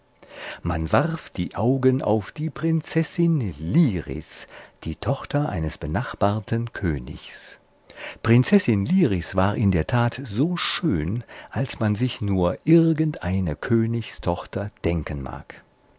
man warf die augen auf die prinzessin liris die tochter eines benachbarten königs prinzessin liris war in der tat so schön als man sich nur irgendeine königstochter denken mag